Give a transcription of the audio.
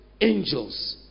Angels